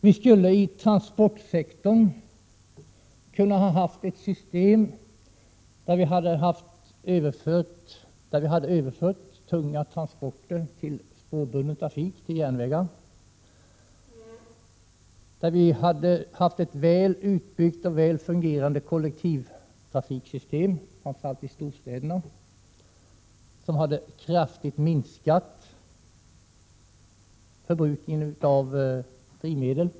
Vi skulle i transportsektorn ha kunnat ha ett system, där vi hade överfört tunga transporter till spårbunden trafik, till järnvägar. Vi kunde ha haft ett väl utbyggt och väl fungerande kollektivtrafiksystem framför allt i storstäderna, vilket hade kraftigt minskat förbrukning av drivmedel.